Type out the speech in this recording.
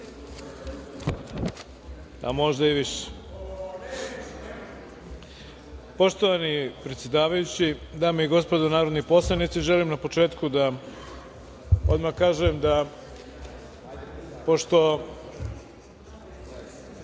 a možda i više. Poštovani predsedavajući, dame i gospodo narodni poslanici, želim na početku da odmah kažem da pošto